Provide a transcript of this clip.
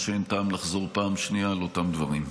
שאין טעם לחזור פעם שנייה על אותם דברים.